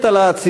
מתה לה הציונות.